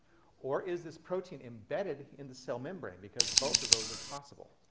or is this protein embedded in the cell membrane? because both of those are possible.